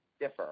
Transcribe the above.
differ